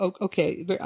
Okay